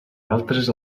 altres